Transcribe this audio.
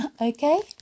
Okay